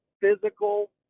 Physical